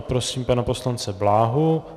Prosím pana poslance Bláhu.